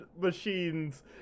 machines